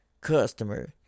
customer